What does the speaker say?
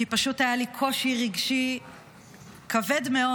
כי פשוט היה לי קושי רגשי כבד מאוד